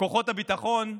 כוחות הביטחון,